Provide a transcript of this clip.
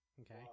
okay